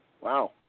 Wow